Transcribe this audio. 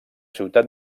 ciutat